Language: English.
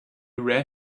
ran